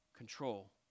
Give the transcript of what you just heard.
Control